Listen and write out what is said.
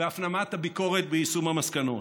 בהפנמת הביקורת ביישום המסקנות.